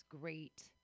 great